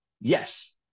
yes